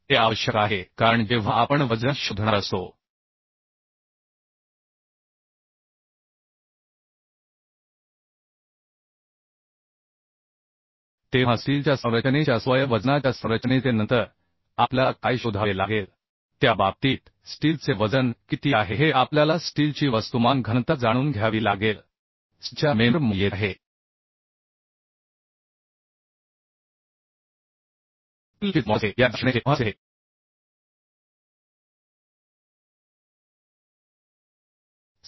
हे आवश्यक आहे कारण जेव्हा आपण वजन शोधणार असतो तेव्हा स्टीलच्या संरचनेच्या स्वयं वजनाच्या संरचनेचे नंतर आपल्याला काय शोधावे लागेल त्या बाबतीत स्टीलचे वजन किती आहे हे आपल्याला स्टीलची वस्तुमान घनता जाणून घ्यावी लागेल जोपर्यंत आपल्याला हे माहित नसते की आपण योग्य भार मिळवू शकणार नाही सेल्फ वेट म्हणजे स्टीलच्या मेम्बरमुळे येत आहे पुढील मॉड्युलस ऑफ इलास्टीसिटी आहे याची जाडी शोधणे देखील महत्त्वाचे आहे